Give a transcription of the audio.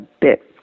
bit